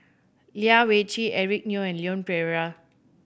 Lai Weijie Eric Neo and Leon Perera